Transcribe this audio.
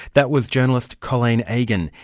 that was journalist colleen egan.